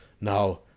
Now